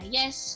yes